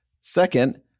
Second